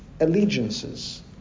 allegiances